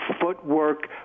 footwork